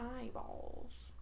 eyeballs